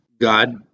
God